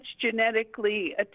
genetically